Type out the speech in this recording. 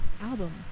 album